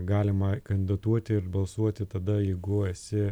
galima kandidatuoti ir balsuoti tada jeigu esi